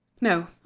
No